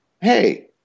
Hey